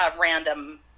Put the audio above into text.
random